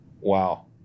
Wow